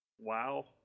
wow